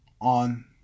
on